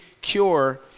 cure